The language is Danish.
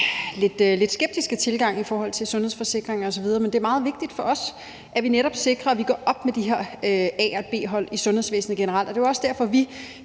lidt skeptiske tilgang til sundhedsforsikringer osv. Men det er meget vigtigt for os, at vi netop sikrer, at vi gør op med de her A- og B-hold i sundhedsvæsenet generelt. Det er også derfor, vi